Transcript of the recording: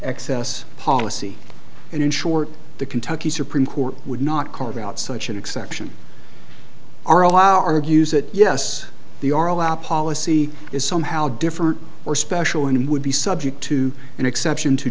excess policy and in short the kentucky supreme court would not carve out such an exception are allow argues that yes they are allowed policy is somehow different or special and would be subject to an exception to